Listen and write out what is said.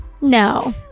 No